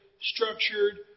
structured